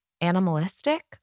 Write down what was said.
animalistic